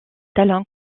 talent